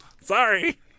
sorry